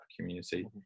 community